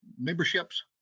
memberships